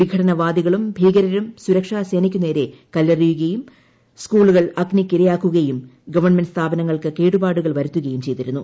വിഘടന വാദികളും ഭീകരരും സുരക്ഷാ സേനയ്ക്കുനേരെ കല്ലെറിയുകയും സ്കൂളുകൾ അഗ്നിക്കിരയാക്കുകയും ഗവൺമെന്റ് സ്ഥാപനങ്ങൾക്ക് കേടുപാടുകൾ വരുത്തുകയും ചെയ്ത്ടിരുന്നു